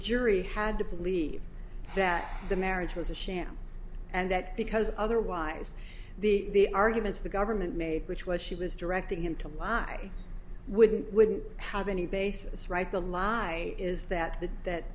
jury had to believe that the marriage was a sham and that because otherwise the arguments the government made which was she was directing him to lie i wouldn't wouldn't have any basis right the lie is that that